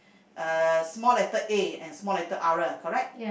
uh small letter A and small letter R correct